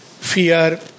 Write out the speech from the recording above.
fear